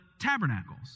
Tabernacles